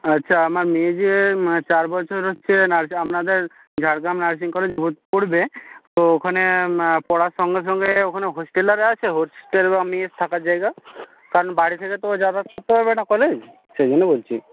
আচ্ছা আমার মেয়ে যে চার বছর হচ্ছে আপনাদের ঝাড়গ্রাম নার্সিং কলেজে ভর্তি তো ওখানে পড়ার সঙ্গে সঙ্গে ওখানে হস্টেল আরে আছে হস্টেল বা মেস থাকার জায়গা কারণ বাড়ি থেকে তো ও যাতায়াত করতে পারবে না কলেজ সেই জন্য বলছি